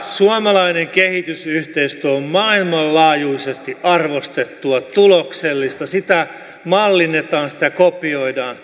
suomalainen kehitysyhteistyö on maailmanlaajuisesti arvostettua tuloksellista sitä mallinnetaan sitä kopioidaan